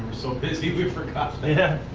so busy we forgot. leo yeah